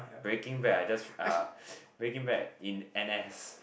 Breaking Bad I just uh Breaking Bad in N_S